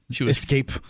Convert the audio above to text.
Escape